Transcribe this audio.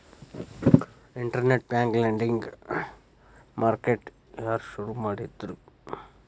Internet bank lending market ಯಾರ್ ಶುರು ಮಾಡಿದ್ರು?